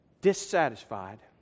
dissatisfied